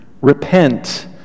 Repent